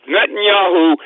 Netanyahu